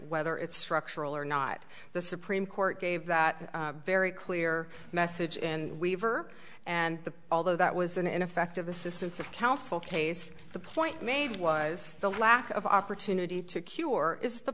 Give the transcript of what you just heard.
whether it's structural or not the supreme court gave that very clear message and weaver and the although that was an ineffective assistance of counsel case the point made was the lack of opportunity to cure is the